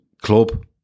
club